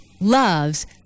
loves